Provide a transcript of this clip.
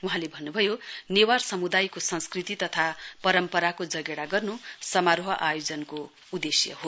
वहाँले भन्नु भयो नेवार समुदायको संस्कृति तथा परम्पराको जगेडा गर्नु समारोह आयोजनको उद्देश्य हो